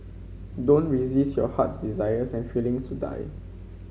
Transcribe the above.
don't resist your heart's desires and feelings to die